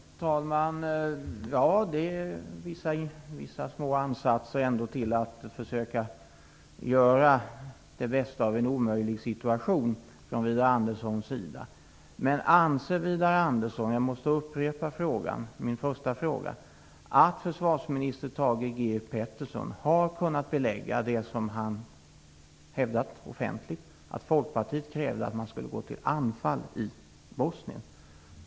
Fru talman! Det finns vissa små ansatser till att försöka göra det bästa av en omöjlig situation från Widar Andersson sida. Men jag måste upprepa min första fråga. Anser Widar Andersson att försvarsminister Thage G Peterson har kunnat belägga det som han hävdat offentligt, dvs. att Folkpartiet krävde att man skulle gå till anfall i Bosnien?